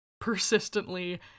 persistently